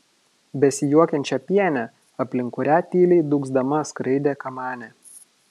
besijuokiančią pienę aplink kurią tyliai dūgzdama skraidė kamanė